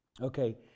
Okay